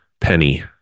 penny